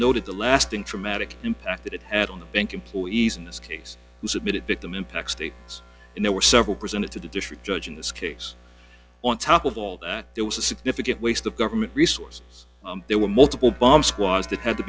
noted the lasting traumatic impact that it had on the bank employees in this case who submitted victim impact statements and there were several presented to the district judge in this case on top of all that there was a significant waste of government resources there were multiple bomb squads that had to